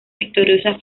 victoria